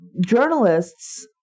journalists